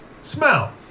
smell